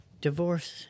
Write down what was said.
divorce